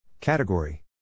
Category